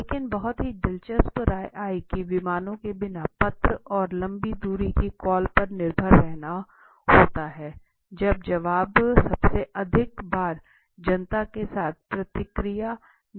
लेकिन बहुत ही दिलचस्प राय आई की विमानों के बिना पत्र और लंबी दूरी की कॉल पर निर्भर रहना होता था यह जवाब सबसे अधिक बार जनता के साथ प्रतिक्रिया में दिया जाता था